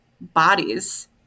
bodies